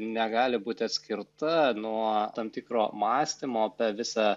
negali būti atskirta nuo tam tikro mąstymo apie visą